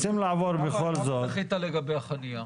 למה דחית לגבי החניה?